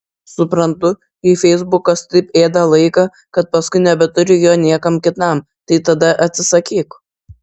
suprantu jei feisbukas taip ėda laiką kad paskui nebeturi jo niekam kitam tai tada atsisakyk